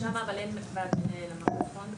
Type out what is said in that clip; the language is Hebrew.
שם אין ועד מנהל, נכון?